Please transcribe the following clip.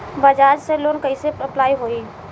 बज़ाज़ से लोन कइसे अप्लाई होई?